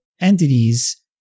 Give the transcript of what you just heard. entities